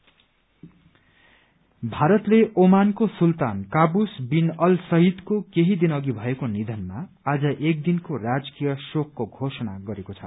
state morning भारतले ओमानको सुल्तान कावूस बिन अल सईदको केही दिन अघि भएको निधनमा आज एक दिनको राजकीय शोकको घोषणा गरेको छ